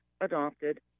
adopted